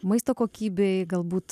maisto kokybei galbūt